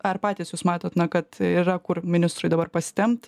ar patys jūs matot kad yra kur ministrui dabar pasitempt